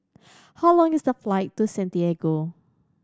how long is the flight to Santiago